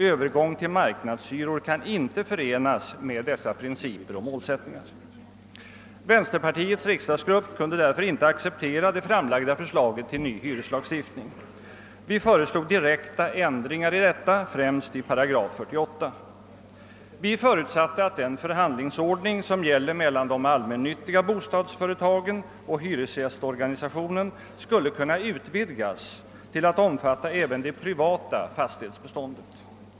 Övergång till marknadshyror kan inte förenas med dessa principer och målsättningar. Vänsterpartiets riksdagsgrupp kunde därför inte acceptera det framlagda förslaget till ny hyreslagstiftning. Vi föreslog direkta ändringar i detta, främst i 48 8. Vi förutsatte att den förhandlingsordning som gäller mellan de allmännyttiga bostadsföretagen och hyresgästorganisationen skulle kunna utvidgas till att omfatta även det privata fastighetsbeståndet.